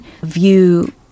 view